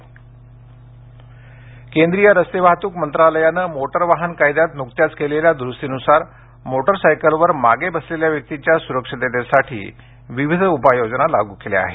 motor वाहन दरुस्ती केंद्रीय रस्ते वाहतूक मंत्रालयानं मोटार वाहन कायद्यात नुकत्याच केलेल्या द्रुस्तीनुसार मोटारसायकलवर मागे बसलेल्या व्यक्तीच्या स्रक्षितेसाठी विविध उपाय योजना लागू केल्या आहेत